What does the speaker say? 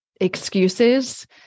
excuses